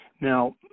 Now